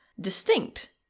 distinct